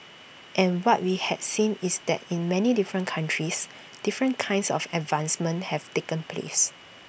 and what we had seen is that in many different countries different kinds of advancements have taken place